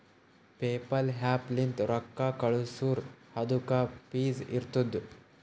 PayPal app ಲಿಂತ್ ರೊಕ್ಕಾ ಕಳ್ಸುರ್ ಅದುಕ್ಕ ಫೀಸ್ ಇರ್ತುದ್